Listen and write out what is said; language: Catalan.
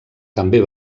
també